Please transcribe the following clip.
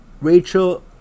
Rachel